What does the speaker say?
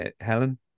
Helen